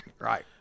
Right